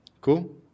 Cool